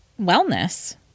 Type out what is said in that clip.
wellness